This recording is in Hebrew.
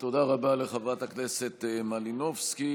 תודה רבה לחברת הכנסת מלינובסקי.